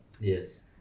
Yes